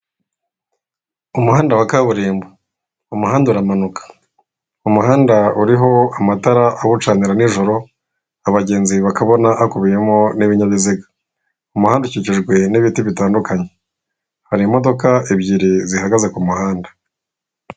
Umuhanda wa kaburimbo, umuhanda uramanuka, umuhanda uriho amatara awucanira n'ijoro abagenzi bakabona hakubiyemo n'ibinyabiziga, umuhanda ukijwe n'ibiti bitandukanye, hari imodoka ebyiri zihagaze ku muhanda.